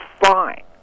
fine